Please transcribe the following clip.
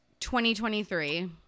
2023